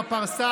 גברתי,